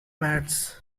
mats